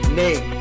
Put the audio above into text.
name